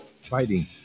fighting